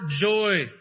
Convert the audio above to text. joy